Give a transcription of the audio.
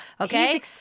Okay